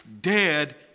dead